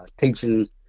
teaching